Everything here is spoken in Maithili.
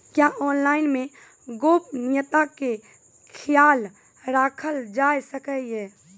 क्या ऑनलाइन मे गोपनियता के खयाल राखल जाय सकै ये?